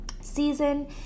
season